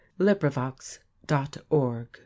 LibriVox.org